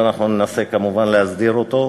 ואנחנו ננסה כמובן להסדיר אותו,